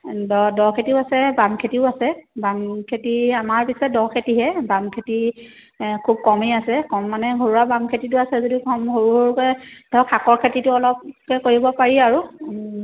দ' দ' খেতিও আছে বাম খেতিও আছে বাম খেতি আমাৰ পিছে দ' খেতিহে বাম খেতি খুব কমেই আছে কম মানে ঘৰুৱা বাম খেতিটো আছে যদি সৰু সৰুকৈ ধৰক শাকৰ খেতিটো অলপকৈ কৰিব পাৰি আৰু